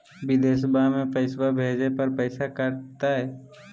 बिदेशवा मे पैसवा भेजे पर पैसों कट तय?